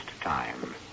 time